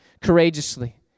courageously